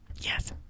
Yes